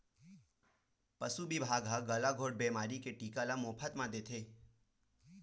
पसु बिभाग ह गलाघोंट बेमारी के टीका ल मोफत म देथे